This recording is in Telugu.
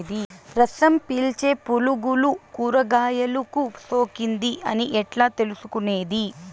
రసం పీల్చే పులుగులు కూరగాయలు కు సోకింది అని ఎట్లా తెలుసుకునేది?